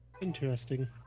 Interesting